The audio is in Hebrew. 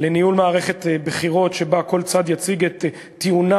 לניהול מערכת בחירות שבה כל צד יציג את טיעוניו,